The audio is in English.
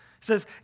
says